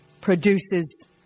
produces